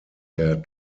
der